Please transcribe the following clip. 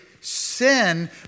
sin